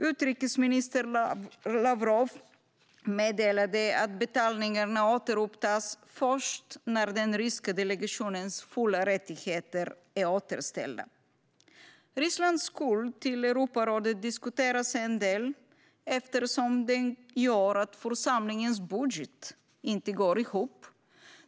Utrikesminister Lavrov meddelade att betalningarna återupptas först när den ryska delegationens fulla rättigheter är återställda. Rysslands skuld till Europarådet diskuteras en del, eftersom den gör att församlingens budget inte går ihop.